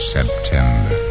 September